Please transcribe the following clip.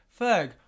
Ferg